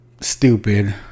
stupid